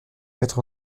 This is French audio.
quatre